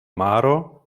maro